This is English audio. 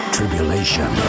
Tribulation